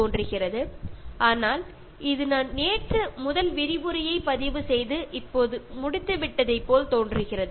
പക്ഷേ അതിന്റെ ആദ്യ റെക്കോർഡിങ് തുടങ്ങിയതുമുതൽ ഇന്നലെ വരെ വളരെ പെട്ടെന്ന് കടന്നു പോയത് പോലെ തോന്നുന്നു